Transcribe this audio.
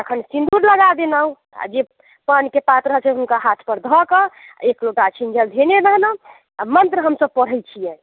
तखन सिंदूर लगा देलहुँ आ जे पानके पात रहैत छै ने से हुनका हाथ पर धऽ के आ एक लोटा अछीनजल धयने रहलहुँ आ मंत्र हमसब पढ़ैत छियै